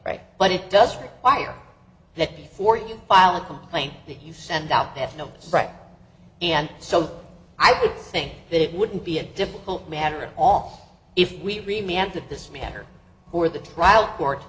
right but it does require that before you file a complaint that you send out they have no right and so i would think that it wouldn't be a difficult matter at all if we remember that this matter who or the trial court